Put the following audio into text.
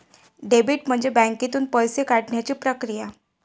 debit म्हणजे बँकेतून पैसे काढण्याची प्रक्रिया